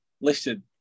Listen